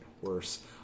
worse